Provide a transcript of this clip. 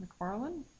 McFarland